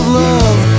love